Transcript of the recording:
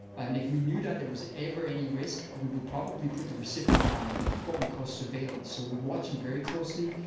and if we knew that there was ever any risk we would probably put the recipient on what we call surveillance. so we'll watch them very closely,